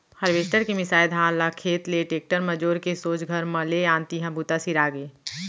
harvester के मिंसाए धान ल खेत ले टेक्टर म जोर के सोझ घर म ले आन तिहॉं बूता सिरागे